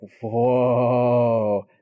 whoa